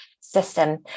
system